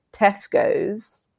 Tesco's